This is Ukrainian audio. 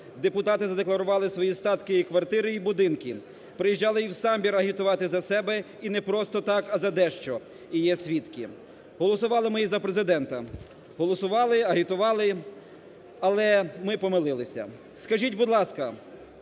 Депутати задекларували свої статки і квартири і будинки, приїжджали і в Самбір, агітувати за себе і не просто так, а за дещо і є свідки. Голосували ми і за Президента, голосували, агітували, але ми помилилися. Скажіть, будь ласка,